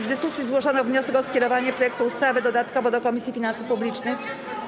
W dyskusji zgłoszono wniosek o skierowanie projektu ustawy dodatkowo do Komisji Finansów Publicznych.